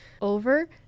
over